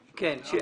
ב-(ב).